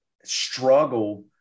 struggle